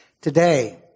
Today